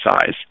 size